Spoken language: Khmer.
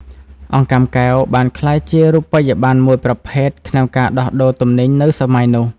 អង្កាំកែវ បានក្លាយជារូបិយប័ណ្ណមួយប្រភេទក្នុងការដោះដូរទំនិញនៅសម័យនោះ។